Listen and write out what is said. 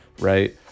right